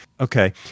Okay